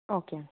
okay అండి